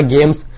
Games